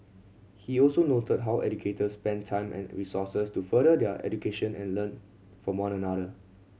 he also noted how educators spend time and resources to further their education and learn from one another